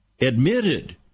admitted